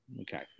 Okay